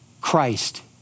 Christ